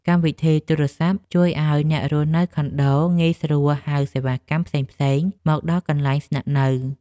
កម្មវិធីទូរសព្ទជួយឱ្យអ្នករស់នៅខុនដូ ងាយស្រួលហៅសេវាកម្មផ្សេងៗមកដល់កន្លែងស្នាក់នៅ។